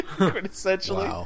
essentially